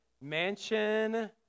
mansion